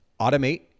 automate